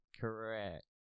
Correct